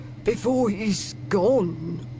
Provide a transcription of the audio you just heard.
before he's gone